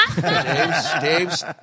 Dave's